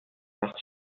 macht